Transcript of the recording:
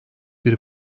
bir